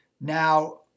Now